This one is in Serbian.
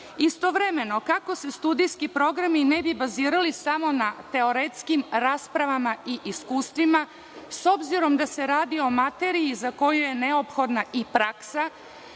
obrazovanja. Istovremeno, kako se studijski programi ne bi bazirali samo na teretskim raspravama i iskustvima, s obzirom da se radi o materiji za koju je neophodna i praksa